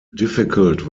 difficult